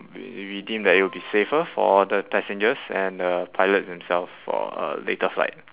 we we deem that it will be safer for the passengers and the pilots themselves for a later flight